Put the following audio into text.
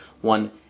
one